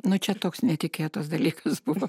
nu čia toks netikėtas dalykas buvo